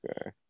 Okay